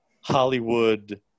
Hollywood